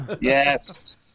Yes